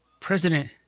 President